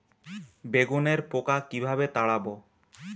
বেগুনের পোকা কিভাবে তাড়াব?